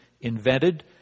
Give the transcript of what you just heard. invented